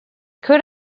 could